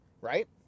right